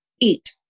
eat